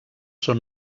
són